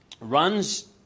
runs